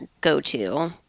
go-to